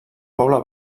poble